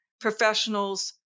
professionals